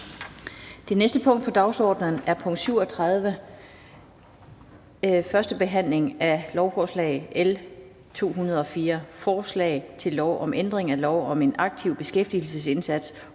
Det næste punkt på dagsordenen er: 37) 1. behandling af lovforslag nr. L 204: Forslag til lov om ændring af lov om en aktiv beskæftigelsesindsats